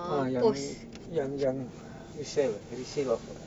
uh ya yang yang yang resale ah resale of